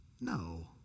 No